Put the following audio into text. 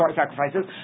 sacrifices